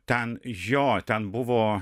ten jo ten buvo